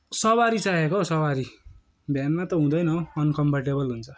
सवारी चाहिएको सवारी भेनमा त हुँदैन हौ अन्कम्फोर्टेबल हुन्छ